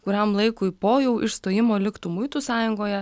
kuriam laikui po jau išstojimo liktų muitų sąjungoje